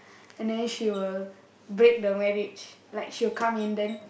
and then she will break the marriage like she'll come in then